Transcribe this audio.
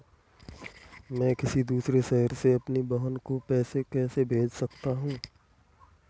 मैं किसी दूसरे शहर से अपनी बहन को पैसे कैसे भेज सकता हूँ?